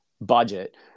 budget